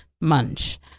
munch